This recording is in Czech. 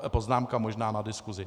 Toť poznámka možná na diskusi.